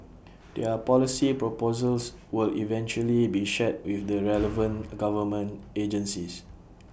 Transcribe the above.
their policy proposals will eventually be shared with the relevant government agencies